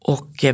Och